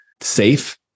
safe